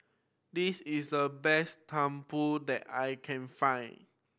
this is the best tumpeng that I can find